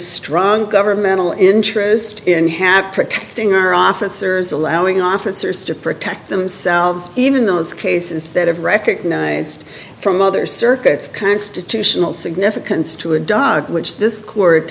strong governmental interest in hand protecting our officers allowing officers to protect themselves even those cases that have recognized from other circuits constitutional significance to a dog which this court